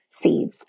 Seeds